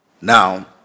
Now